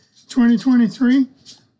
2023